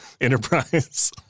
enterprise